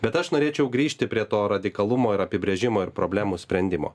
bet aš norėčiau grįžti prie to radikalumo ir apibrėžimo ir problemų sprendimo